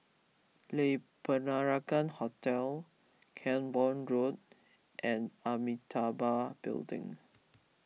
Le Peranakan Hotel Camborne Road and Amitabha Building